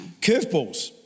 curveballs